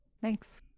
Thanks